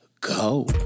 go